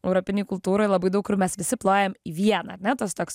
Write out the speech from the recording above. europinėj kultūroj labai daug kur mes visi plojam į vieną ane tas toks